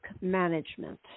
management